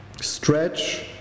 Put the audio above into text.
stretch